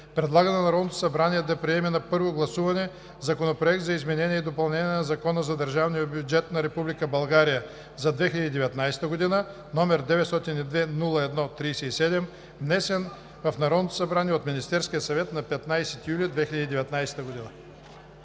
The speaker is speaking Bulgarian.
Предлага на Народното събрание да приеме на първо гласуване Законопроект за изменение и допълнение на Закона за държавния бюджет на Република България за 2019 г., № 902-01-37, внесен в Народното събрание от Министерския съвет на 15 юли 2019 г.“